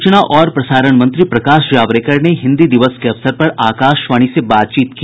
सूचना और प्रसारण मंत्री प्रकाश जावडेकर ने हिन्दी दिवस के अवसर पर आकाशवाणी से बातचीत की